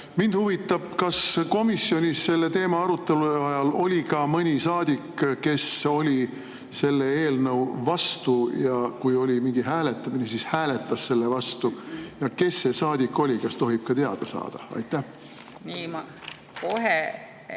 Mind huvitab, kas komisjonis oli selle teema arutelu ajal ka mõni saadik, kes oli selle eelnõu vastu, ja kui oli mingi hääletamine, siis hääletas selle vastu. Kes see saadik oli, kas tohib ka teada saada? Nii, ma kohe